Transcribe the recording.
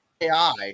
AI